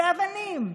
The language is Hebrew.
ואבנים,